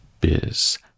.biz